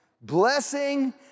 blessing